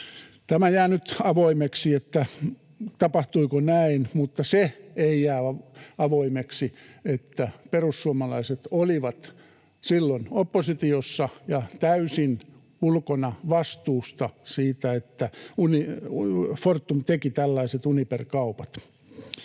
Tämä jää nyt avoimeksi, tapahtuiko näin, mutta se ei jää avoimeksi, että perussuomalaiset olivat silloin oppositiossa ja täysin ulkona vastuusta siitä, että Fortum teki tällaiset Uniper-kaupat.